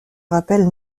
rappelle